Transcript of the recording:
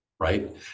Right